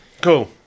Cool